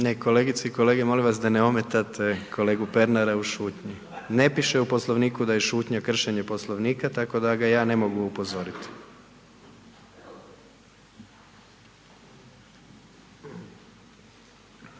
Kolegice i kolege molim vas da ne ometate kolegu Pernara u šutnji. Ne piše u Poslovniku da je šutnja kršenje Poslovnika tako da ga ja ne mogu upozoriti.